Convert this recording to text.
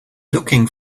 looking